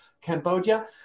Cambodia